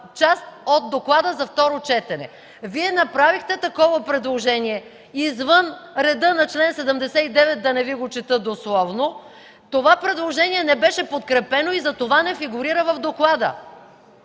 от доклада за второ четене. Вие направихте такова предложение извън реда на чл. 79, да не Ви го чета дословно, това предложение не беше подкрепено, затова не фигурира в доклада.